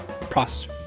processor